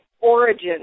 Origin